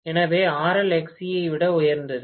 எனவே RL XC ஐ விட உயர்ந்தது